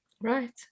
Right